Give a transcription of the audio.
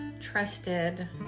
trusted